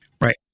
right